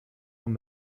und